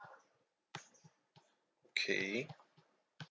okay